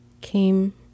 came